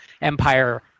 empire